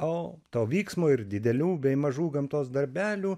o to vyksmo ir didelių bei mažų gamtos darbelių